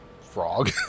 frog